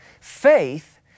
Faith